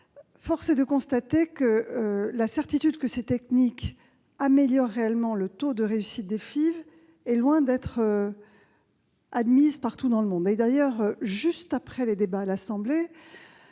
Force est de constater que la certitude que cette technique améliore réellement le taux de réussite des FIV est loin d'être admise partout dans le monde. D'ailleurs, dans la semaine qui a suivi les débats à l'Assemblée